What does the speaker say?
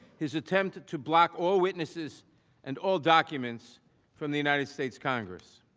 his attempt to block all witnesses and all documents from the united states congress.